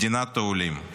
מדינת העולים.